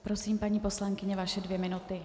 Prosím, paní poslankyně, vaše dvě minuty.